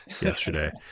yesterday